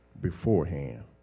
beforehand